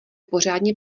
pořádně